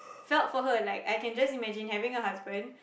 felt for her like I can just imagine having a husband